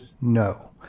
no